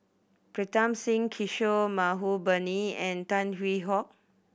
Pritam Singh Kishore Mahbubani and Tan Hwee Hock